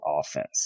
offense